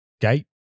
gate